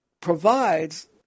provides